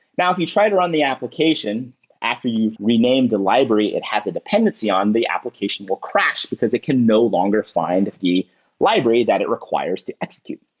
now if you try to run the application after you've renamed the library it has a dependency on, the application will crash because it can no longer find the library that it requires to execute.